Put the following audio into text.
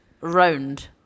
round